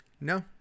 No